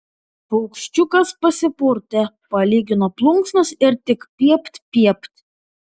paukščiukas pasipurtė palygino plunksnas ir tik piept piept